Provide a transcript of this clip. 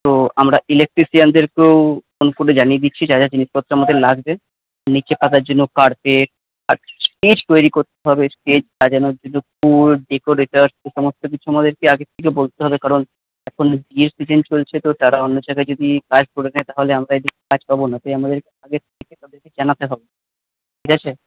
তো আমরা ইলেকট্রিশিয়ানদেরকেও ফোন করে জানিয়ে দিচ্ছি যা যা জিনিসপত্র আমাদের লাগবে ওই নিচে পাতার জন্য কার্পেট আর স্টেজ তৈরি করতে হবে স্টেজ সাজানোর জন্য ফুল ডেকোরেটর সমস্ত কিছু আমাদেরকে আগে থেকে বলতে হবে কারণ এখন বিয়ের সিজন চলছে তো তারা অন্য জায়গায় যদি কাজ করে দেয় তাহলে আমাদের কাজ পাব না তাই আমাদের আগের থেকে তাদেরকে জানাতে হবে ঠিক আছে